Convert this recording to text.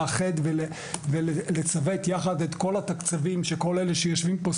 לאחד ולצוות יחד את כל התקציבים שכל אלה שיושבים פה,